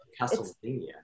Castlevania